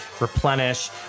replenish